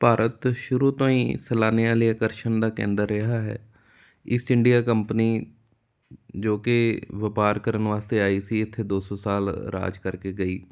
ਭਾਰਤ ਸ਼ੁਰੂ ਤੋਂ ਹੀ ਸੈਲਾਨੀਆਂ ਲਈ ਆਕਰਸ਼ਣ ਦਾ ਕੇਂਦਰ ਰਿਹਾ ਹੈ ਈਸਟ ਇੰਡੀਆ ਕੰਪਨੀ ਜੋ ਕਿ ਵਪਾਰ ਕਰਨ ਵਾਸਤੇ ਆਈ ਸੀ ਇੱਥੇ ਦੋ ਸੌ ਸਾਲ ਰਾਜ ਕਰਕੇ ਗਈ